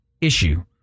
issue